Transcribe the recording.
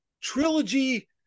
trilogy